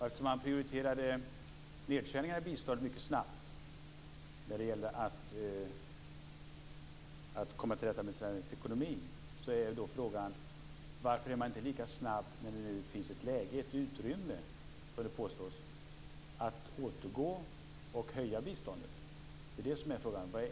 Eftersom man prioriterade nedskärningar i biståndet mycket snabbt när det gällde att komma till rätta med Sveriges ekonomi är frågan: Varför är man inte lika snabb att återgå och höja biståndet när det nu, som det påstås, finns ett läge och ett utrymme? Det är det som är frågan.